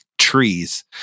Trees